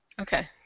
Okay